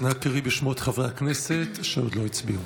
נא קראי בשמות חברי הכנסת שעוד לא הצביעו.